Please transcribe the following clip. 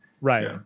Right